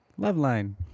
Loveline